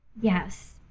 Yes